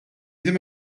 ddim